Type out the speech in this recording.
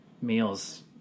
meals